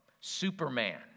Superman